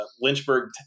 Lynchburg